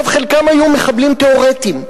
חלקם היו מחבלים תיאורטיים.